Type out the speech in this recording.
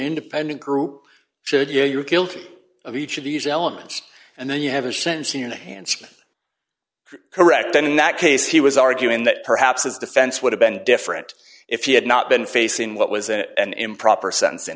independent group should you're guilty of each of these elements and then you have a sense in the hands correct then in that case he was arguing that perhaps his defense would have been different if he had not been facing what was it an improper sense